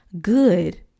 good